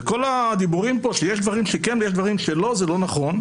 וכל הדיבורים פה שיש דברים שכן פה ויש דברים שלא זה לא נכון.